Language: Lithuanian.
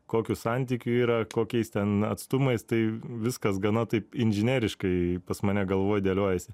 kokiu santykiu yra kokiais ten atstumais tai viskas gana taip inžineriškai pas mane galvoj dėliojasi